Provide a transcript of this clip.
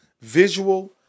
visual